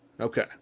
Okay